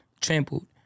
trampled